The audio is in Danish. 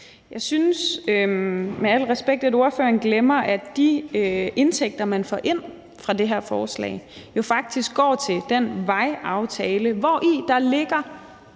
Jeg synes med al respekt, at ordføreren glemmer, at de indtægter, man får ind på det her forslag, jo faktisk går til den vejaftale, hvori der også